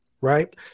right